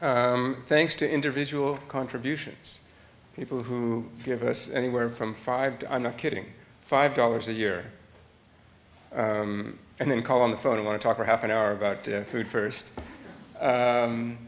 thanks to individual contributions people who give us anywhere from five to i'm not kidding five dollars a year and then call on the phone i want to talk for half an hour about food first